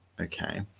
Okay